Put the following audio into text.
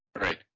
Right